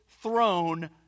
throne